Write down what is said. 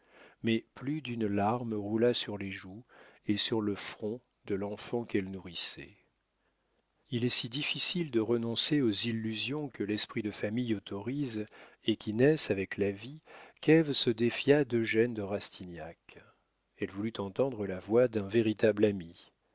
mais plus d'une larme roula sur les joues et sur le front de l'enfant qu'elle nourrissait il est si difficile de renoncer aux illusions que l'esprit de famille autorise et qui naissent avec la vie qu'ève se défia d'eugène de rastignac elle voulut entendre la voix d'un véritable ami